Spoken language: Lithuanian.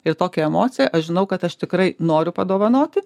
ir tokią emociją aš žinau kad aš tikrai noriu padovanoti